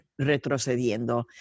retrocediendo